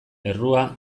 errua